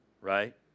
right